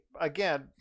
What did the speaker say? Again